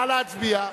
נא להצביע.